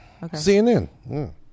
CNN